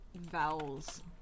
vowels